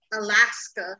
Alaska